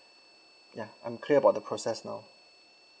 ya I'm clear about the process now